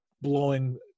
blowing